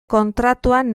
kontratuan